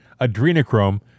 adrenochrome